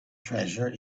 treasure